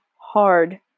hard